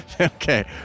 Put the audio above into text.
okay